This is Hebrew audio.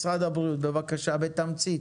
משרד הבריאות, בבקשה, בתמצית.